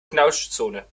knautschzone